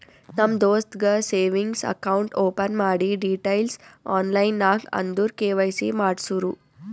ನಮ್ ದೋಸ್ತಗ್ savings account open ಮಾಡಿ ಡೀಟೈಲ್ಸ್ ಆನ್ಲೈನ್ ನಾಗ್ ಅಂದುರ್ ಕೆ.ವೈ.ಸಿ ಮಾಡ್ಸುರು